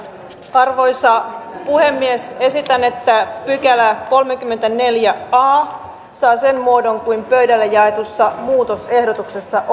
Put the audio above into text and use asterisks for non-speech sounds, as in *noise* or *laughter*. arvoisa puhemies esitän että kolmaskymmenesneljäs a pykälä saa sen muodon kuin pöydille jaetussa muutosehdotuksessa *unintelligible*